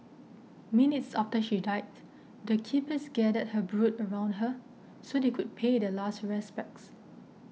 minutes after she died the keepers gathered her brood around her so they could pay their last respects